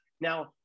Now